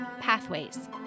Pathways